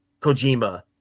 Kojima